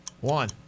One